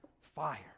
fire